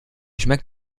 schmeckt